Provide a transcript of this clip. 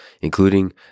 including